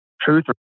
Truth